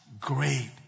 great